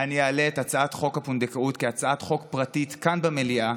אני אעלה את הצעת חוק הפונדקאות כהצעת חוק פרטית כאן במליאה,